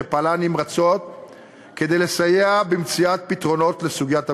שפעלה נמרצות כדי לסייע במציאת פתרונות לסוגיית המימון.